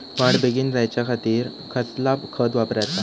वाढ बेगीन जायच्या खातीर कसला खत वापराचा?